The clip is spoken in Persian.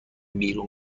بیرون